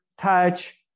touch